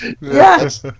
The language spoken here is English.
Yes